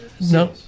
no